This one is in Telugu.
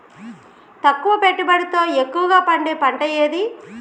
తక్కువ పెట్టుబడితో ఎక్కువగా పండే పంట ఏది?